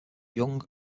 young